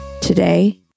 today